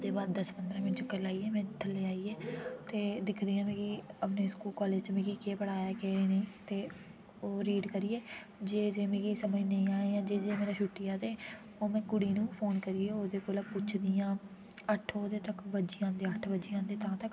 ओह्दे बाद दस पंदरां मिन्ट चक्कर लाइयै थ'ल्ले आइयै ते दिक्खदी आं कि अपने कॉलेज च मिगी केह पढ़ाया ऐ केह् नेईं ते ओह् रीड करियै जे जे मिगी समझ नेईं आये जे जे मेरा छुट्टी ऐ ते ओह् में कुड़ी नू फ़ोन करियै ओह्दे कोला पुच्छदी आं अट्ठ ओह्दे तक बजी आंदे अट्ठ बजी आंदे तां तक